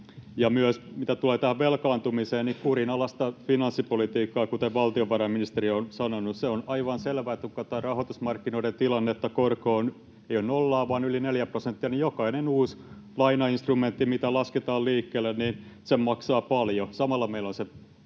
myös, mitä tulee tähän velkaantumiseen, kurinalaista finanssipolitiikkaa, kuten valtiovarainministeri on sanonut. Se on aivan selvä, että kun koko tässä rahoitusmarkkinoiden tilanteessa korko ei ole 0 vaan yli 4 prosenttia, niin jokainen uusi lainainstrumentti, mikä lasketaan liikkeelle, maksaa paljon. Samalla meillä on siellä